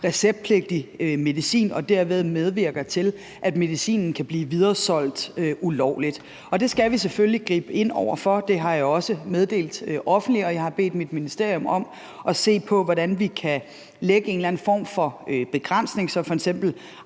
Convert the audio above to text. receptpligtig medicin og derved medvirker til, at medicinen kan blive videresolgt ulovligt. Det skal vi selvfølgelig gribe ind over for. Det har jeg også meddelt offentligt, og jeg har bedt mit ministerium om at se på, hvordan vi kan lægge en eller anden form for begrænsning, så f.eks.